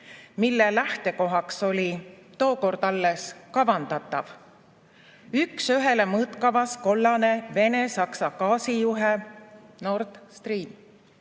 mille lähtekohaks oli tookord alles kavandatav üks ühele mõõtkavas kollane Vene–Saksa gaasijuhe Nord Stream,